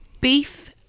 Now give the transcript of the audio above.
beef